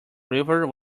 river